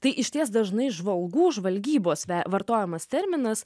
tai išties dažnai žvalgų žvalgybos vartojamas terminas